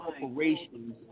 corporations